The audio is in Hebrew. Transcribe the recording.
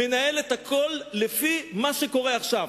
מנהל את הכול לפי מה שקורה עכשיו.